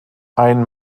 ein